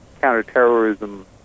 counterterrorism